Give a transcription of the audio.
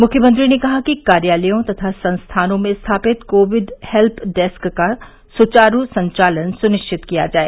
मुख्यमंत्री ने कहा कि कार्यालयों तथा संस्थानों में स्थापित कोविड हेल्प डेस्क का सुचारू संचालन सुनिश्चित किया जाए